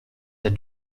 der